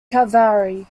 cavalry